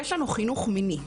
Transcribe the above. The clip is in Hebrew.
יש לנו חינוך מיני,